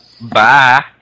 Bye